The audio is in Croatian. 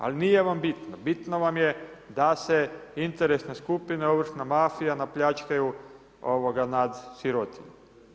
Ali nije vam bitno, bitno vam je da se interesne skupine, ovršna mafija, napljačkaju nad sirotinjom.